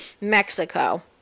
Mexico